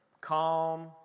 calm